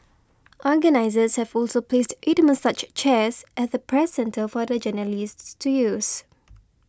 organisers have also placed eight massage chairs at the Press Centre for the journalists to use